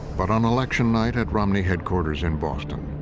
but on election night at romney headquarters in boston,